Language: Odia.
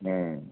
ହୁଁ